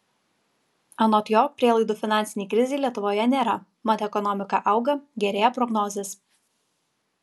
anot jo prielaidų finansinei krizei lietuvoje nėra mat ekonomika auga gerėja prognozės